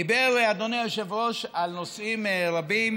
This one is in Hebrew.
אדוני היושב-ראש דיבר על נושאים רבים